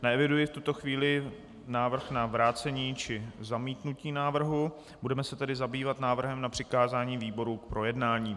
Neeviduji v tuto chvíli návrh na vrácení či zamítnutí návrhu, budeme se tedy zabývat návrhem na přikázání výborům k projednání.